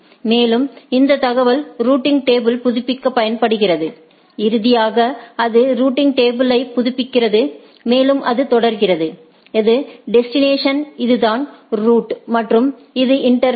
மேலும் இந்த தகவல் ரூட்டிங் டேபிளை புதுப்பிக்க பயன் படுகிறது இறுதியாக அது ரூட்டிங் டேபிளை புதுப்பிக்கிறது மேலும் அது தொடர்கிறது இது டெஸ்டினேஷன் இதுதான் ரூட் மற்றும் இது இன்டா்ஃபேஸ்